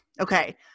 okay